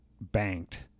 banked